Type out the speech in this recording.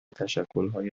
تشکلهای